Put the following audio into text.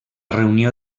reunió